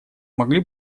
могли